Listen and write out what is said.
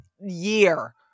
year